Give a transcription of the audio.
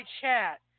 chat